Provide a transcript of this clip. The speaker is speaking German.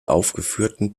aufgeführten